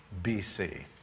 BC